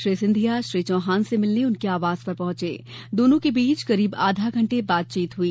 श्री सिंधिया श्री चौहान से मिलने उनके आवास पर पहुंचे दोनों के बीच करीब आधा घंटे बातचीत हुई